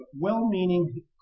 well-meaning